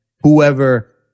whoever